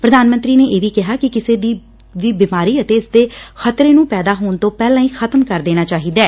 ਪ੍ਰਧਾਨ ਮੰਤਰੀ ਨੇ ਇਹ ਵੀ ਕਿਹਾ ਕਿ ਕਿਸੇ ਵੀ ਬਿਮਾਰੀ ਅਤੇ ਇਸਦੇ ਖਤਰੇ ਨੂੰ ਪੈਦਾ ਹੋਣ ਤੋਂ ਪਹਿਲਾਂ ਹੀ ਖਤਮ ਕਰ ਦੇਣਾ ਚਾਹੀਦੈ